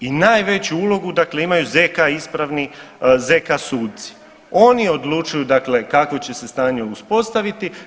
I najveću ulogu dakle imaju zk ispravni zk suci, oni odlučuju dakle kakvo će se stanje uspostaviti.